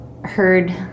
heard